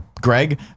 Greg